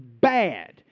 bad